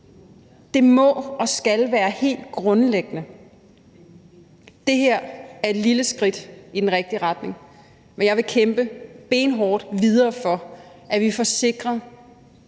Det må og skal være helt grundlæggende. Det her er et lille skridt i den rigtige retning, men jeg vil kæmpe benhårdt videre for, at vi får sikret,